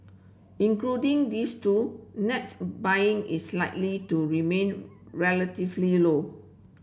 including these two net buying is likely to remain relatively low